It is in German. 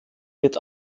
wird